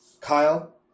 Kyle